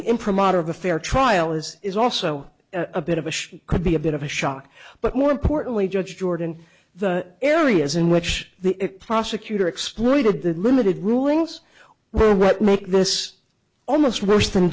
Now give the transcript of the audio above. imprimatur of a fair trial as is also a bit of a she could be a bit of a shock but more importantly judge jordan the areas in which the prosecutor exploited the limited rulings were right make this almost worse than